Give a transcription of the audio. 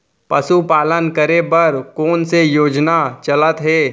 पशुपालन करे बर कोन से योजना चलत हे?